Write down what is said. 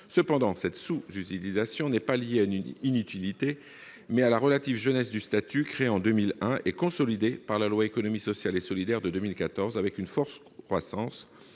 Cependant, cette « sous-utilisation » est liée non à une inutilité, mais à la relative jeunesse du statut, créé en 2001 et consolidé par la loi relative à l'économie sociale et solidaire de 2014, avec une forte croissance-